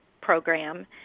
program